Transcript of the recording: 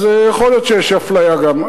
אז יכול להיות שיש אפליה גם.